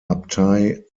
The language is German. abtei